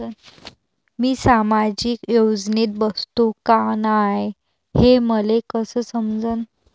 मी सामाजिक योजनेत बसतो का नाय, हे मले कस समजन?